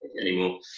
anymore